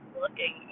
looking